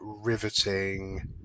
riveting